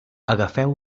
agafeu